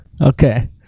Okay